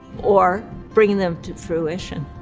or bringing them to fruition.